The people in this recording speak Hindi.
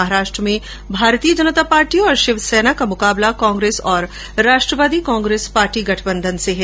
महाराष्ट्र में भारतीय जनता पार्टी और शिवसेना का मुकाबला कांग्रेस और राष्ट्रवादी कांग्रेस पार्टी गठबंधन से है